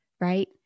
Right